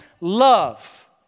love